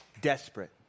Desperate